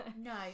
No